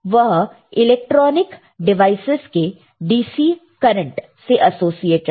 वह electronic devices के DC current से एसोसिएटड है